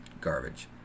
garbage